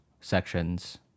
sections